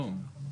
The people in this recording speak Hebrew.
לא.